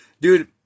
Dude